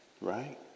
right